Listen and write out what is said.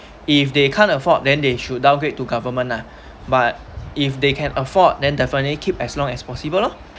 if they can't afford then they should downgrade to government lah but if they can afford then definitely keep as long as possible loh